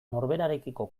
norberarekiko